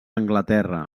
anglaterra